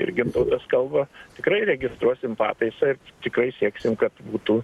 ir gintautas kalba tikrai registruosim pataisą ir tikrai sieksim kad būtų